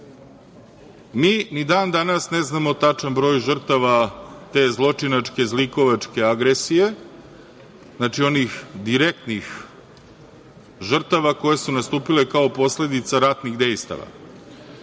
Mi ni dan danas ne znamo tačan broj žrtava te zločinačke i zlikovačke agresije. Znači, onih direktnih žrtava, koje su nastupile kao posledica ratnih dejstava. Ono